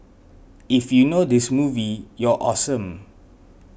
if you know this movie you're awesome